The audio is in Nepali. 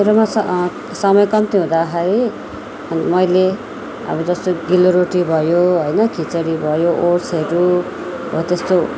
मेरोमा समय कम्ती हुँदाखेरि मैले अब जस्तो गिलो रोटी भयो होइन खिचडी भयो ओट्सहरू हो त्यस्तो